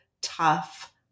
tough